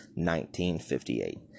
1958